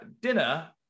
dinner